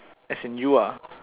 as in you ah